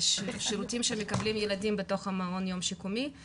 השירותים שמקבלים הילדים בתוך המעון יום השיקומי,